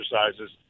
exercises